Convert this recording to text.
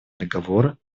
договора